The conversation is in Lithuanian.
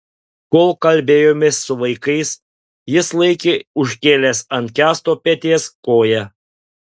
kol kalbėjomės su vaikais jis laikė užkėlęs ant kęsto peties koją